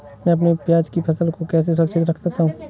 मैं अपनी प्याज की फसल को कैसे सुरक्षित रख सकता हूँ?